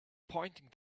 pointing